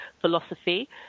philosophy